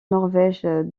norvège